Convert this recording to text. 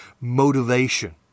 Motivation